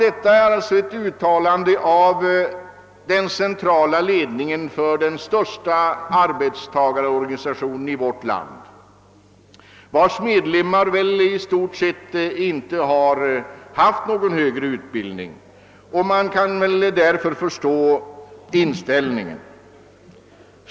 Detta är alltså ett uttalande av den centrala ledningen för den största arbetarorganisationen i vårt land, vars medlemmar väl i stort sett inte har fått någon högre utbildning. Man kan väl därför också förstå inställningen.